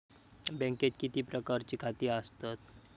बँकेत किती प्रकारची खाती आसतात?